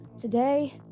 Today